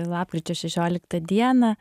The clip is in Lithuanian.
lapkričio šešioliktą dieną